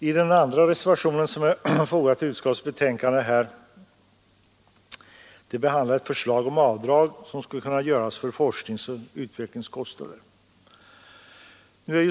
I den andra reservation som är fogad till utskottets betänkande behandlas ett förslag om ett särskilt avdrag, som skulle kunna göras för forskningsoch utvecklingskostnader.